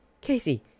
Casey